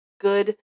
good